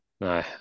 No